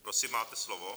Prosím, máte slovo.